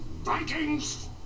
Vikings